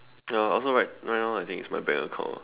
ya also right right now I think it's my bank account ah